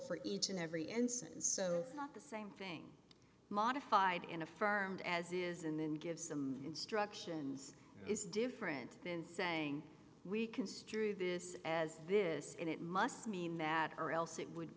for each and every ensign so not the same thing modified in affirmed as is and then give some instructions is different than saying we construe this as this and it must mean that or else it would